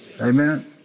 Amen